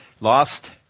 Lost